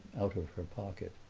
out of her pocket.